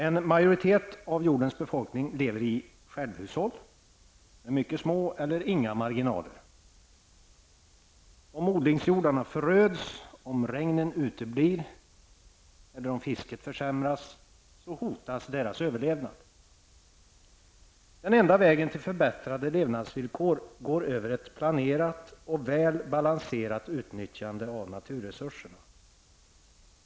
En majoritet av jordens befolkning lever i självhushåll med mycket små eller inga marginaler. Om odlingsjordarna föröds, om regnen uteblir eller om fisket försämras, hotas deras överlevnad. Den enda vägen till förbättrade levnadsvillkor går över ett planerat och väl balanserat utnyttjande av naturresurserna.